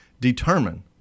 determine